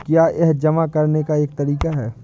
क्या यह जमा करने का एक तरीका है?